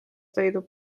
leidub